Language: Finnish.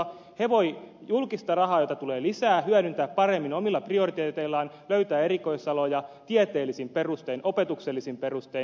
ne voivat julkista rahaa jota tulee lisää hyödyntää paremmin omilla prioriteeteillaan löytää erikoisaloja tieteellisin perustein opetuksellisin perustein